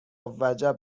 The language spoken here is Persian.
وجب